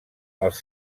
els